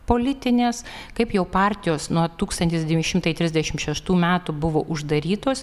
politinės kaip jau partijos nuo tūkstantis devyni šimtai trisdešimt šeštų metų buvo uždarytos